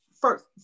first